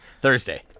Thursday